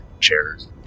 chairs